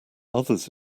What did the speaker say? others